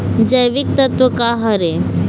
जैविकतत्व का हर ए?